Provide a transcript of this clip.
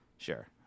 Sure